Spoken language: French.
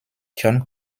john